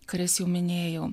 kurias jau minėjau